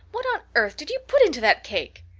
what on earth did you put into that cake?